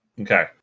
okay